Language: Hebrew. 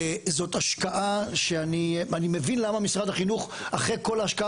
וזאת השקעה שאני מבין למה משרד החינוך אחרי כל ההשקעה